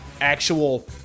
actual